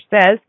says